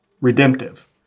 redemptive